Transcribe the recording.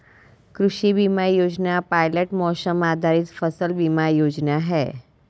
कृषि बीमा योजना पायलट मौसम आधारित फसल बीमा योजना है